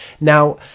now